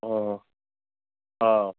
অঁ অঁ